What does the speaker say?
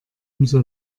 umso